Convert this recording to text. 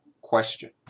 question